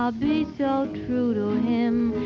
ah be so true to him,